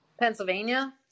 Pennsylvania